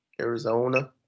Arizona